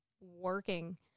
working